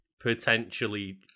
potentially